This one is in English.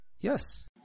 Yes